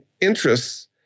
interests